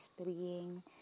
Spring